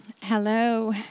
Hello